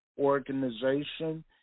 organization